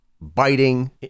biting